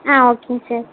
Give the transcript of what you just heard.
ஆ ஓகேங்க சார்